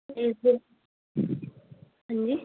ਇਸ ਦਿਨ ਹਾਂਜੀ